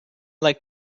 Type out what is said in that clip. like